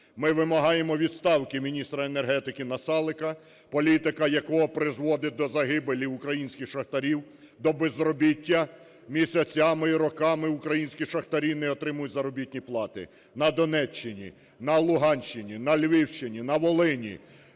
Ми вимагаємо відставки міністра енергетики Насалика, політика якого призводить до загибелі українських шахтарів, до безробіття. Місяцями і роками українські шахтарі не отримують заробітні плати на Донеччині, на Луганщині, на Львівщині, на Волині.